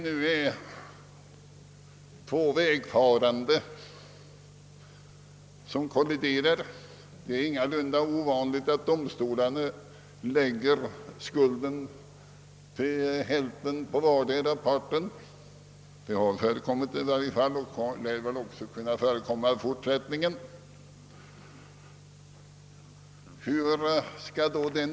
När två fordonsförare kolliderar är det ingalunda ovanligt att domstolarna lägger hälften av skulden på vardera parten. Detta har i varje fall förekommit och lär också i fortsättningen kunna förekomma.